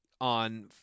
on